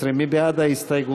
12, מי בעד ההסתייגות?